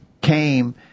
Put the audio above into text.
came